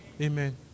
Amen